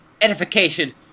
edification-